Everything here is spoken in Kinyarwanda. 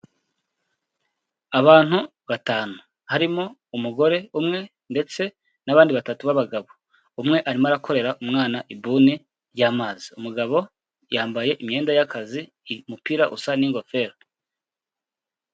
Abantu batanu harimo umugore umwe ndetse n'abandi batatu b'abagabo, umwe arimo akorera umwana ibuni y'amazi, umugabo yambaye imyenda y'akazi umupira usa n'ingofero.